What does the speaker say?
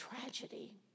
tragedy